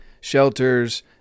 shelters